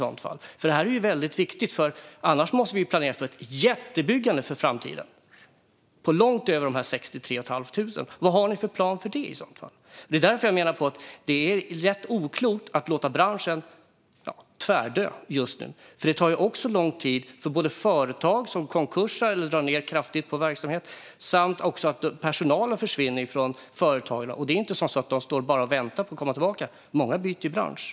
Detta är väldigt viktigt, för annars måste vi planera för ett jättebyggande i framtiden - långt över de drygt 63 000. Vad har ni för plan för detta i så fall? Jag menar därför att det är rätt oklokt att låta branschen tvärdö just nu. Det tar lång tid för företag som konkursar eller kraftigt drar ned på verksamheten att komma igång igen. Dessutom försvinner personalen från företagen, och det är inte så att de bara står och väntar på att få komma tillbaka; många byter bransch.